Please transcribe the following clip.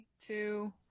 Two